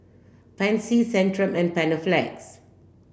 Pansy Centrum and Panaflex